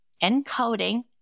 Encoding